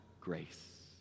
grace